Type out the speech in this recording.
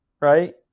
right